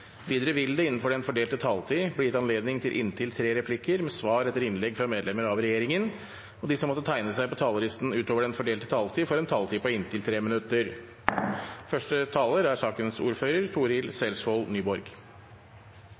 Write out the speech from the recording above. Videre vil det – innenfor den fordelte taletid – bli gitt anledning til inntil fem replikker med svar etter innlegg fra medlemmer av regjeringen, og de som måtte tegne seg på talerlisten utover den fordelte taletid, får også en taletid på inntil 3 minutter. Første taler er Frida Melvær, istedenfor Ingunn Foss, som er ordfører